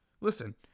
listen